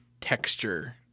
texture